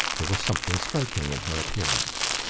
there was something striking in her appearance.